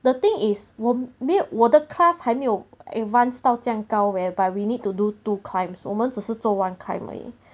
the thing is 我没有我的 class 还没有 advanced 到这样高 level whereby we need to do two climbs 我们只是做 one climb 而已